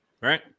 right